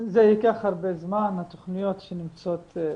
זה ייקח הרבה זמן התוכניות שנמצאות,